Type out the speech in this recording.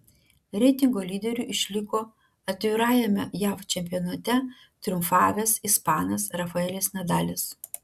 reitingo lyderiu išliko atvirajame jav čempionate triumfavęs ispanas rafaelis nadalis